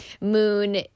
moon